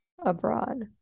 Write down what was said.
abroad